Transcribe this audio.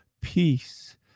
peace